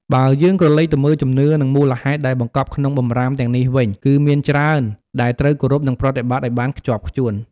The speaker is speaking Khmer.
បើយើងក្រឡេកទៅមើលជំនឿ និងមូលហេតុដែលបង្កប់ក្នុងបម្រាមទាំងនេះវិញ គឺមានច្រើនដែលត្រូវគោរពនិងប្រតិបត្តិឲ្យបានខ្ជាប់ខ្ជួន។